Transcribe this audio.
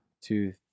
two